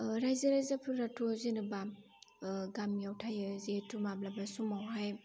रायजो राजाफ्राथ' जेनोबा गामियाव थायो जेहेतु माब्लाबा समावहाय